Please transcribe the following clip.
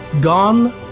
gone